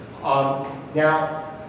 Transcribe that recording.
Now